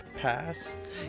past